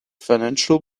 financial